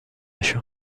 شون